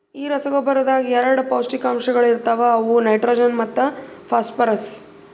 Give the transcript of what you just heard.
ಈ ರಸಗೊಬ್ಬರದಾಗ್ ಎರಡ ಪೌಷ್ಟಿಕಾಂಶಗೊಳ ಇರ್ತಾವ ಅವು ನೈಟ್ರೋಜನ್ ಮತ್ತ ಫಾಸ್ಫರ್ರಸ್